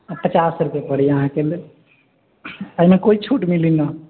पचास रुपैये पड़य अहाँके लेल एहिमे कोइ छूट मिली नहि